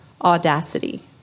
audacity